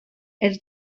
els